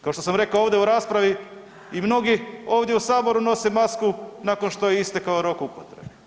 Kao što sam rekao ovdje u raspravi i mnogi ovdje u saboru nose masku nakon što joj je istekao rok upotrebe.